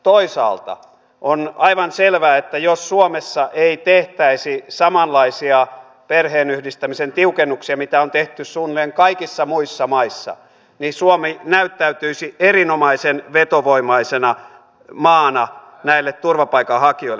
toisaalta on aivan selvää että jos suomessa ei tehtäisi samanlaisia perheenyhdistämisen tiukennuksia kuin mitä on tehty suunnilleen kaikissa muissa maissa niin suomi näyttäytyisi erinomaisen vetovoimaisena maana turvapaikanhakijoille